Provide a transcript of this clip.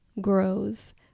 grows